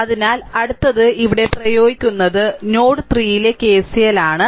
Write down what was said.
അതിനാൽ അടുത്തത് ഇവിടെ പ്രയോഗിക്കുന്നത് നോഡ് 3 ലെ കെസിഎൽ ആണ്